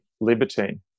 libertine